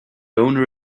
owner